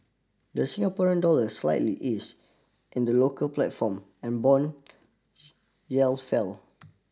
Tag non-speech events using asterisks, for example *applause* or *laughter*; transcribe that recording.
the Singapore dollar slightly eased in the local platform and bond *unintelligible* yell fell